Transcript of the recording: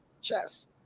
chess